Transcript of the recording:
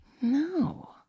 No